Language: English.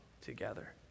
together